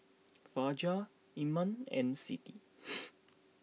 Fajar Iman and Siti